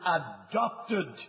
adopted